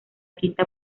quinta